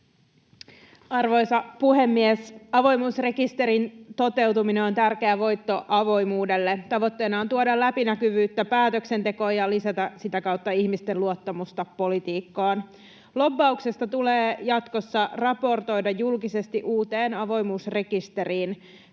Arvoisa puhemies! Avoimuusrekisterin toteutuminen on tärkeä voitto avoimuudelle. Tavoitteena on tuoda läpinäkyvyyttä päätöksentekoon ja lisätä sitä kautta ihmisten luottamusta politiikkaan. Lobbauksesta tulee jatkossa raportoida julkisesti uuteen avoimuusrekisteriin.